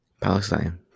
Palestine